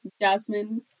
jasmine